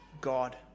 God